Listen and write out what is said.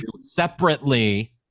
separately